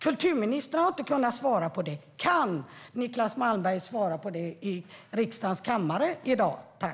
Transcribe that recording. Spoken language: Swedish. Kulturministern har inte svarat. Kan Niclas Malmberg svara i riksdagens kammare i dag?